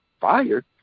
Fired